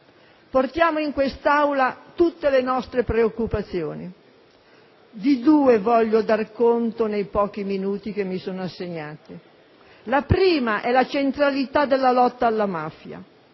Portiamo in questa Aula tutte le nostre preoccupazioni; di due voglio dar conto nei pochi minuti che mi sono assegnati. La prima è la centralità della lotta alla mafia,